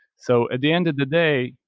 so at the end of the day,